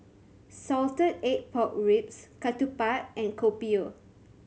salted egg pork ribs ketupat and Kopi O